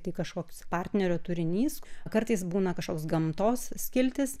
tai kažkoks partnerio turinys kartais būna kažkoks gamtos skiltis